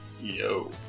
Yo